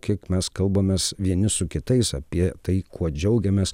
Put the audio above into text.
kiek mes kalbamės vieni su kitais apie tai kuo džiaugiamės